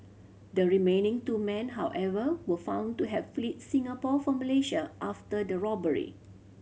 the remaining two men however were found to have fled Singapore for Malaysia after the robbery